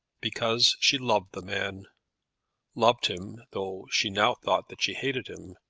because she loved the man loved him, though she now thought that she hated him.